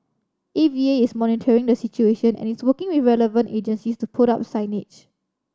A V A is monitoring the situation and is working with relevant agencies to put up signage